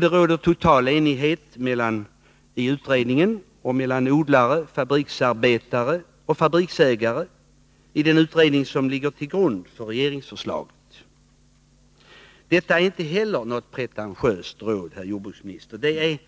Det rådde total enighet mellan odlare, fabriksarbetare och fabriksägare i den utredning som ligger till grund för regeringsförslaget. Detta är inte heller något pretentiöst råd, herr jordbruksminister. Det